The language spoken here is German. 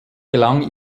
gelang